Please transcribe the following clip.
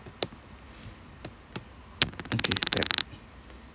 okay that